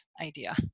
idea